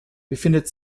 befindet